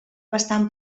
bastant